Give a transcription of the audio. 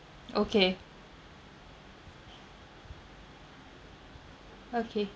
okay okay